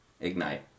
Ignite